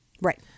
Right